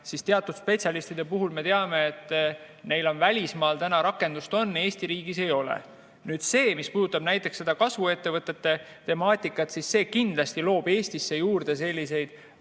Teatud spetsialistide puhul me teame, et neil välismaal täna rakendust on, aga Eesti riigis ei ole. Nüüd see, mis puudutab näiteks kasvuettevõtete temaatikat, kindlasti loob Eestis juurde selliseid